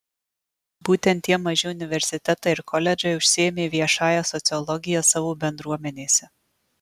būtent tie maži universitetai ir koledžai užsiėmė viešąja sociologija savo bendruomenėse